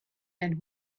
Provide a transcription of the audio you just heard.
and